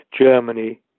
Germany